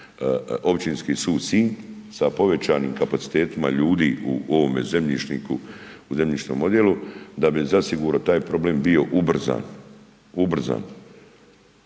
Općinski sud Sinj sa povećanim kapacitetima ljudi u ovome zemljišniku, zemljišnom odjelu da bi zasigurno taj problem bio ubrzan, ubrzan.